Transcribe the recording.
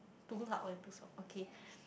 too loud or too soft okay